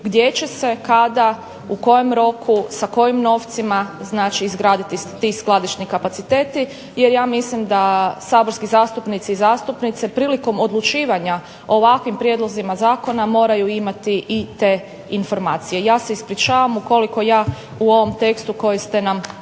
gdje će se, kada, u kojem roku, s kojim novcima, izgraditi ti skladišni kapaciteti, jer ja smilim da saborski zastupnici i zastupnice prilikom odlučivanja o ovakvim prijedlozima zakona moraju imati i te informacije. Ja se ispričavam ukoliko ja u ovom tekstu koji ste nam